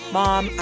mom